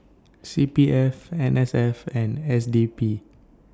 C P F N S F and S D P